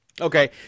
Okay